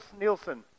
Nielsen